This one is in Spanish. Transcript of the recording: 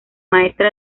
maestra